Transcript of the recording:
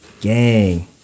Gang